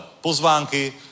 pozvánky